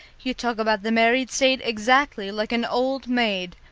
you talk about the married state exactly like an old maid.